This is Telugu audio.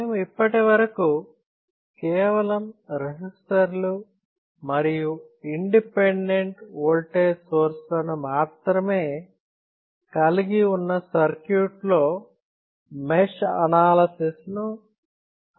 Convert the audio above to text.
మేము ఇప్పటి వరకు కేవలం రెసిస్టర్లు మరియు ఇండిపెండెంట్ వోల్టేజ్ సోర్సెస్ లను మాత్రమే కలిగి ఉన్న సర్క్యూట్ లో మెష్ అనాలిసిస్ ను అధ్యయనం చేసాము